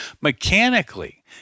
mechanically